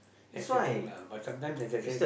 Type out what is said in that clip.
that's the thing lah but sometimes as I said